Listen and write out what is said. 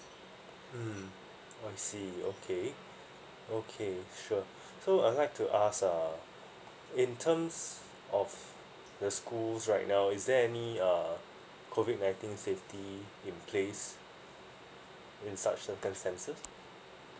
mm I see okay okay sure so I'd like to ask err in terms of the schools right now is there any err COVID nineteen safety in place in such circumstances